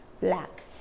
black